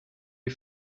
die